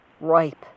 ripe